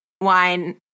wine